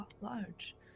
large